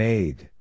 Made